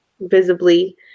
visibly